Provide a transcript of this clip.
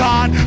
God